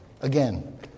Again